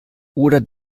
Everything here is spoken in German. oder